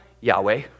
Yahweh